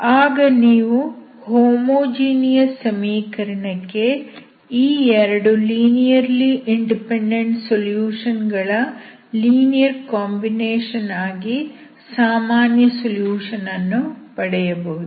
ಆಗ ನೀವು ಹೋಮೋಜಿನಿಯಸ್ ಸಮೀಕರಣಕ್ಕೆ ಈ 2 ಲೀನಿಯರ್ಲಿ ಇಂಡಿಪೆಂಡೆಂಟ್ ಸೊಲ್ಯೂಷನ್ ಗಳ ಲೀನಿಯರ್ ಕಾಂಬಿನೇಷನ್ ಆಗಿ ಸಾಮಾನ್ಯ ಸೊಲ್ಯೂಷನ್ ಅನ್ನು ಪಡೆಯಬಹುದು